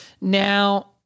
now